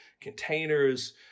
containers